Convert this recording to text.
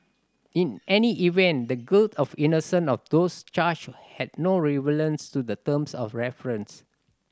in any event the guilt of innocence of those charged has no relevance to the terms of reference